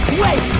wait